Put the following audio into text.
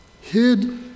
hid